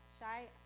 Shy